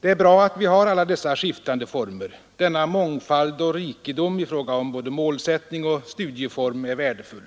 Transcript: Det är bra att vi har alla dessa skiftande former; denna mångfald och rikedom i fråga om både målsättning och studieform är värdefull.